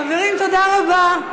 חברים, תודה רבה.